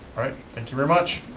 right, thank you very much.